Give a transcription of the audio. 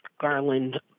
Garland